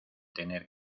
tener